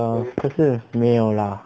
err 可是没有啦